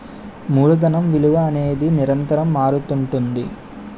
మూలధనం విలువ అనేది నిరంతరం మారుతుంటుంది